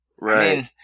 Right